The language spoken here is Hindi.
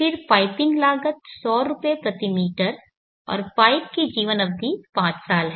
फिर पाइपिंग लागत 100 रुपये प्रति मीटर और पाइप की जीवन अवधि पांच साल है